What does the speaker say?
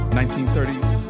1930s